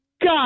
God